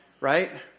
right